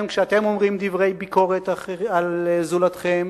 כשאתם אומרים דברי ביקורת על זולתכם,